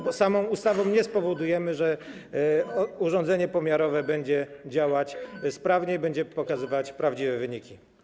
Bo samą ustawą nie spowodujemy, że urządzenie pomiarowe będzie działać sprawnie i będzie pokazywać prawdziwe wyniki.